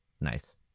Nice